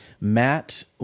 Matt